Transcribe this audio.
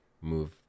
move